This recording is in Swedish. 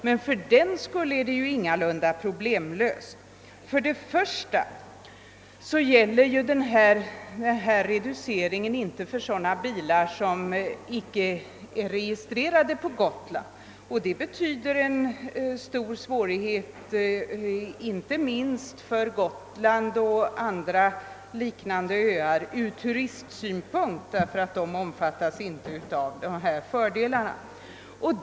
Men fördenskull är problemet ingalunda löst. Reduceringen gäller inte för sådana bilar som icke är registrerade på Gotland. Detta betyder en stor svårighet inte minst för Gotland och andra liknande öar från turistsynpunkt därför att turisterna inte omfattas av fördelarna.